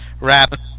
wrap